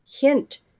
hint